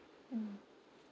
mm